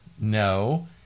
No